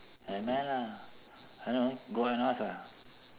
never mind lah I don't know go and ask ah